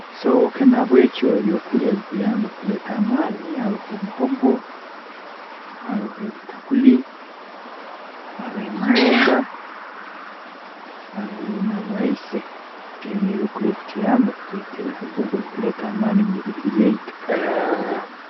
So, ok Nahabwekyo ebyokurya ebikuyamba kureeta amaani haroho muhogo, haroho ebitakuri, haroho ebinyoonga, haroho na bwaise, nibyo ebi ebyokurya ebikutuyamba kureeta amaani mumibiri yaitu